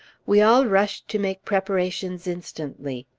we all rushed to make preparations instantly.